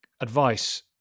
advice